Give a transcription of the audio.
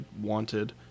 wanted